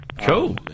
Cool